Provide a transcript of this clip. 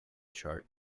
chart